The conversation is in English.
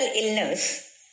illness